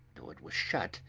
though it was shut,